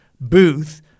Booth